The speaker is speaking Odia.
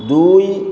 ଦୁଇ